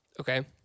Okay